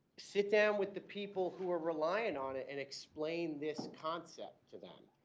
sit down with the people who are reliant on it and explain this concept to them.